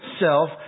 self